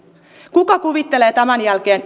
kuka kuvittelee tämän jälkeen